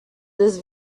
this